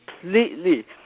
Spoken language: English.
completely